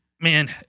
Man